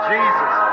Jesus